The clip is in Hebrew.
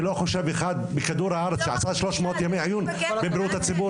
אני לא חושב על אחד על כל כדור הארץ שעשה 300 ימי עיון בבריאות הציבור.